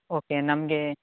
okay ನಮಗೆ